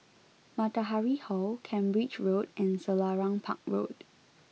Matahari Hall Cambridge Road and Selarang Park Road